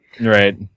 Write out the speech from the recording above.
right